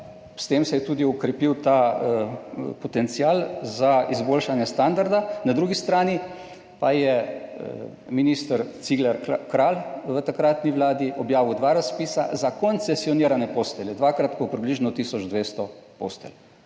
s tem se je tudi okrepil ta potencial za izboljšanje standarda. Na drugi strani pa je minister Cigler Kralj v takratni vladi objavil dva razpisa za koncesionirane postelje, dvakrat po približno tisoč 200 postelj.